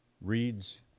reads